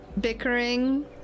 bickering